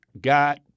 got